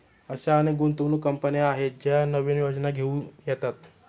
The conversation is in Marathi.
अशा अनेक गुंतवणूक कंपन्या आहेत ज्या नवीन योजना घेऊन येतात